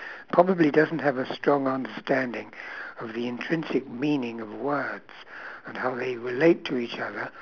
probably doesn't have a strong understanding of the intrinsic meaning of words and how they relate to each other